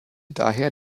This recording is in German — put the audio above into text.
daher